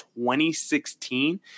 2016